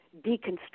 deconstruct